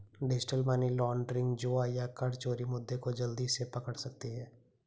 digital money laundering, जुआ या कर चोरी मुद्दे को जल्दी से पकड़ सकती है